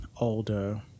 older